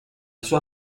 sua